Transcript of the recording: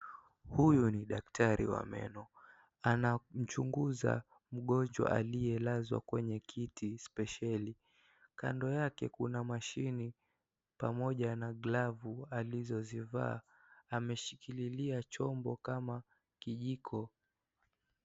Huyu ni daktari wa meno. Anamchunguza mgonjwa aliyelazwa kwenye kiti speseli. Kando yake kuna mashini pamoja na glavu alizozivaa. Ameshikililia chombo kama kijiko.